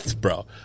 Bro